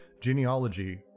genealogy